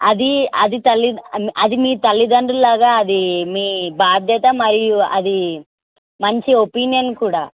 అది అది తల్లిదం అది మీ తల్లిదండ్రుల లాగా అది మీ బాధ్యత మరియు అది మంచి ఒపీనియన్ కూడా